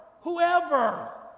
whoever